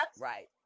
Right